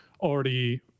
already